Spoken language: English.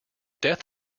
death